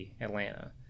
Atlanta